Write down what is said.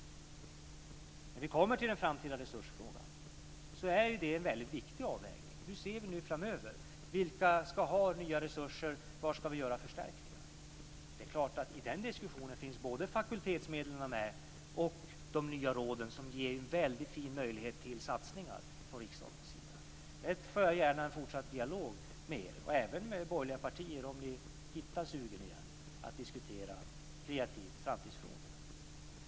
När vi kommer till den framtida resursfrågan är det en viktig avvägning. Hur ser vi det framöver? Vilka ska ha nya resurser? Var ska vi göra förstärkningar? I den diskussionen finns både fakultetsmedlen och de nya råden med. De ger en fin möjlighet till satsningar från riksdagens sida. Om det för jag gärna en fortsatt dialog med er, och gärna med borgerliga partier, om ni hittar sugen igen att kreativt diskutera framtidsfrågorna.